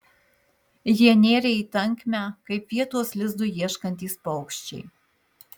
jie nėrė į tankmę kaip vietos lizdui ieškantys paukščiai